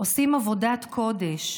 עושים עבודת קודש.